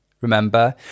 remember